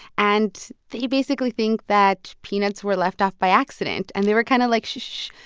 and they basically think that peanuts were left off by accident. and they were kind of like sh-sh-sh,